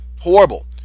Horrible